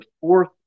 fourth